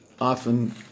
often